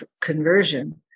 conversion